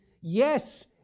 Yes